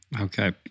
Okay